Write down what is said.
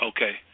Okay